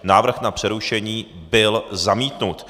Návrh na přerušení byl zamítnut.